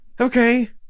Okay